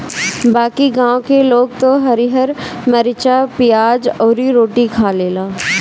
बाकी गांव के लोग त हरिहर मारीचा, पियाज अउरी रोटियो खा लेला